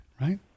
right